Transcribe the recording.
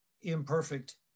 imperfect